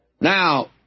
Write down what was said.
Now